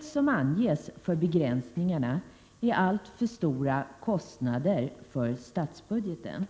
Som skäl för begränsningarna anges alltför stora kostnader för statsbudgeten.